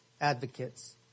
advocates